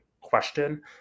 question